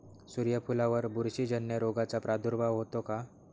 सूर्यफुलावर बुरशीजन्य रोगाचा प्रादुर्भाव होतो का?